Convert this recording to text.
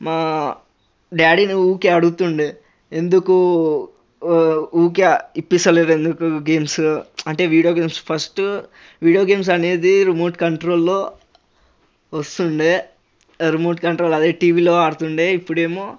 మా డాడీని ఊరికే అడుగుతుండే ఎందుకు ఊరికే ఇప్పిస్తలేడు ఎందుకు గేమ్స్ అంటే video games first video games అనేది రిమోట్ కంట్రోల్లో వస్తుండే రిమోట్ కంట్రోల్ అదే టీవీలో ఆడుతుండే ఇప్పుడేమో